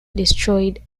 destroyed